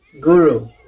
Guru